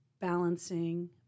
balancing